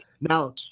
Now